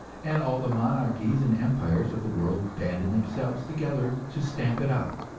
and all the monarchies and empires of the world banded themselves together to stamp it out.